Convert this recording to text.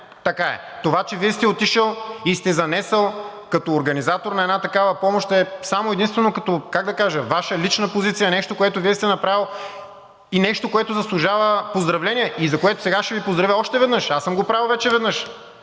Така е! Това, че Вие сте отишли и сте занесли като организатор на една такава помощ е само и единствено като, как да кажа, Ваша лична позиция, нещо, което Вие сте направили нещо, което заслужава поздравления, за което сега ще Ви поздравя още веднъж. Аз съм го правил вече веднъж.